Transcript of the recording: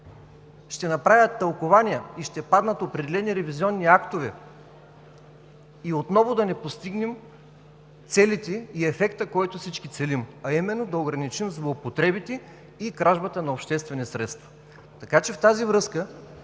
ще направят тълкувания и ще паднат определени ревизионни актове и отново да не постигнем целите и ефекта, който всички целим, а именно да ограничим злоупотребите и кражбата на обществени средства? В тази връзка